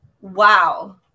Wow